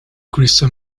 crystal